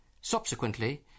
Subsequently